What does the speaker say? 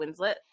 Winslet